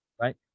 Right